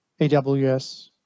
AWS